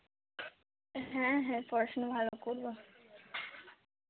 হ্যাঁ হ্যাঁ পড়াশোনা ভালো করবো